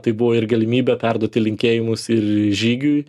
tai buvo ir galimybė perduoti linkėjimus ir žygiui